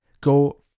go